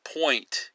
point